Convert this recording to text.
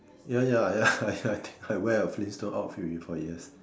ya ya ya ya ya I wear a Flinstone before yes